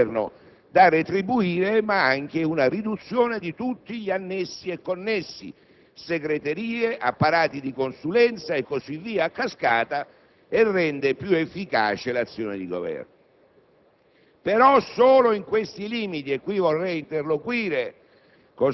dei costi della politica derivanti dal minor numero di personale di Governo da retribuire, ma anche di riduzione di tutti gli annessi e connessi: segreterie, apparati di consulenza e così via a cascata. Ciò al fine di rendere più efficace l'azione di Governo.